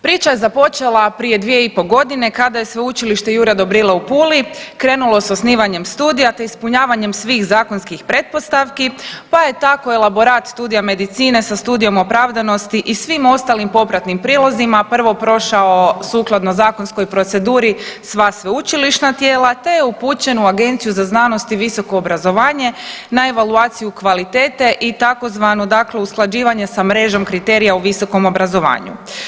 Priča je započela prije 2,5 godine kada je Sveučilište Jurja Dobrile u Puli krenulo s osnivanjem studija te ispunjavanjem svih zakonskih pretpostavki pa je tako elaborat studija medicine sa studijom opravdanosti i svim ostalim popratnim prilozima prvo prošao sukladno zakonskoj proceduri sva sveučilišna tijela te je upućen u Agenciju za znanost i visoko obrazovanje na evaluaciju kvalitete i tzv. dakle usklađivanje sa mrežom kriterija u visokom obrazovanju.